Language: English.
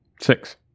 six